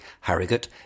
Harrogate